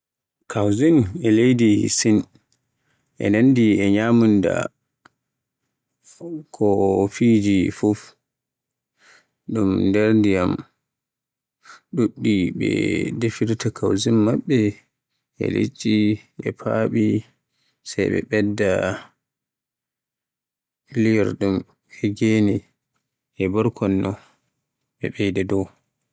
Cuisine e leydi Cikin, a anndi e ñyamunda korifi fuf ɗun nder ndiyam ɗuɗɗi. Ɓe defirta cuisine maɓɓe e liɗɗi e faɓi, sey ɓe ɓeyda liyorɗum e gene e borkonno ɓe ɓeyda dow.